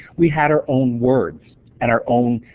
we had our own word and our own